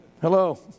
hello